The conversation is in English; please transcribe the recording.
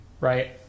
right